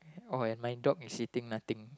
oh and mine dog is sitting nothing